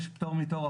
יש פטור מתור,